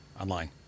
Online